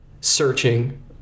searching